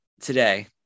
today